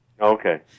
Okay